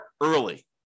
early